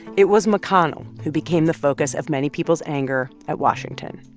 it was mcconnell who became the focus of many people's anger at washington,